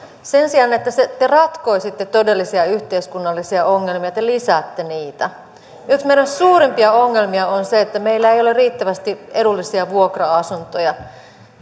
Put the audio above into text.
sen sijaan että te ratkoisitte todellisia yhteiskunnallisia ongelmia te lisäätte niitä nyt meidän suurimpia ongelmiamme on se että meillä ei ei ole riittävästi edullisia vuokra asuntoja